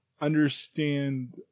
understand